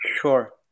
sure